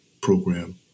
program